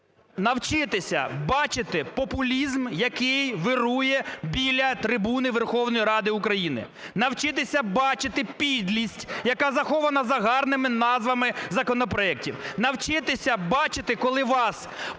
навчитися бачити популізм, який вирує біля трибуни Верховної Ради України, навчитися бачити підлість, яка захована за гарними назвами законопроектів. Навчитися бачити, коли вас